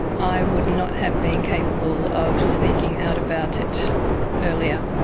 i would not have been capable of speaking out about it earlier